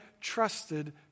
trusted